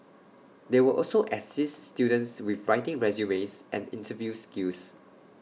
they will also assist students with writing resumes and interview skills